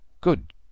Good